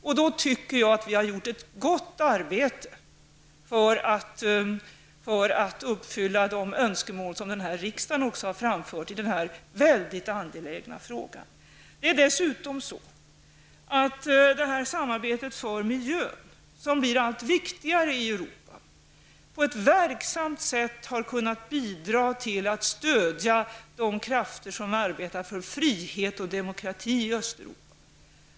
Jag tycker då att vi har gjort ett gott arbete när det gäller att uppfylla de önskemål som även denna riksdag har framfört i denna väldigt angelägna fråga. Samarbetet för miljön, som blir allt viktigare i Europa, har dessutom på ett verksamt sätt kunnat bidra till att stödja de krafter som arbetar för frihet och demokrati i Östeuropa.